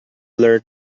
learn